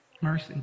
mercy